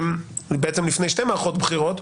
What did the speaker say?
בעצם לפני שתי מערכות בחירות,